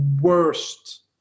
worst